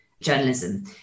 journalism